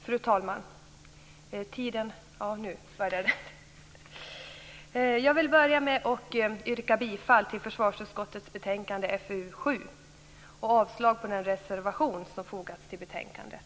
Fru talman! Jag vill börja med att yrka bifall till hemställan i försvarsutskottets betänkande FöU7 och avslag på den reservation som fogats till betänkandet.